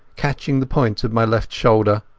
catching the point of my left shoulder.